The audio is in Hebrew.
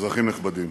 אזרחים נכבדים,